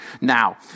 Now